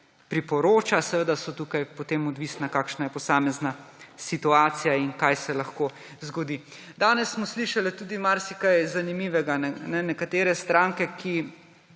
priporoča. Seveda je tukaj potem odvisno, kakšna je posamezna situacija in kaj se lahko zgodi. Danes smo slišali tudi marsikaj zanimivega. Nekatere stranke, ki